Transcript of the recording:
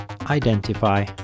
identify